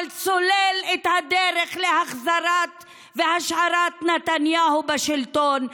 סולל את הדרך להחזרת והשארת נתניהו בשלטון.